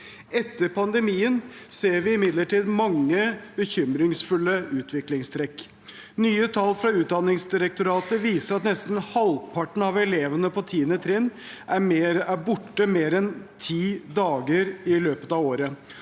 Etter pandemien ser vi imidlertid mange bekymringsfulle utviklingstrekk. Nye tall fra Utdanningsdirektoratet viser at nesten halvparten av elevene på 10. trinn er borte mer enn ti dager i løpet av året,